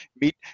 Meet